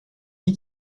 dit